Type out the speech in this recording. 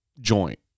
joint